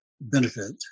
benefit